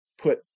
put